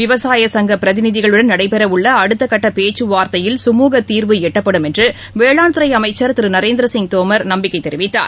விவசாய சங்கப் பிரதிநிதிகளுடன் நடைபெறஉள்ளஅடுத்தகட்டபேச்சுவார்த்தையில் சுமுகதீர்வு எட்டப்படும் என்றுவேளாண்துறைஅமைச்சர் திருநரேந்திரசிங் தோமர் நம்பிக்கைதெரிவித்தார்